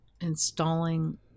installing